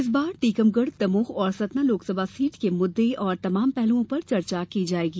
इस बार टीकमगढ दमोह और सतना लोकसभा सीट के मुद्दे और तमाम पहलुओं पर चर्चा की जायेगी